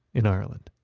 in ireland